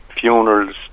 funerals